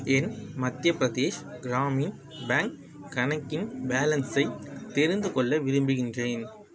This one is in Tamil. என் மத்திய பிரதேஷ் கிராமின் பேங்க் கணக்கின் பேலன்ஸை தெரிந்துக்கொள்ள விரும்பிக்கின்றேன்